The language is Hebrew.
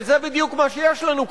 אבל זה בדיוק מה שיש לנו כאן: